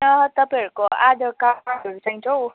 तपाईँहरूको आधार कार्डहरू चाहिन्छ हौ